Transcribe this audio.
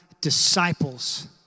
disciples